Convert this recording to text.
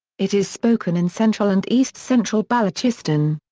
it is spoken in central and east central balochistan.